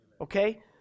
Okay